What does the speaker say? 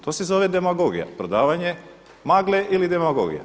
To se zove demagogija, prodavanje magle ili demagogija.